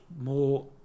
more